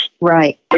Right